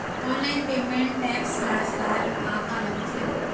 Online payment apps ला चलाए बार का का लगथे?